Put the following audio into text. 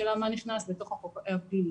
זו שאלה מה נכנס לתוך החוק הפלילי.